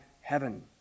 heaven